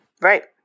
Right